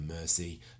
mercy